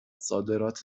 صادرات